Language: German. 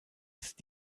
ist